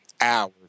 hours